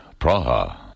Praha